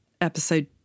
episode